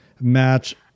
match